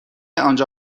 آنجا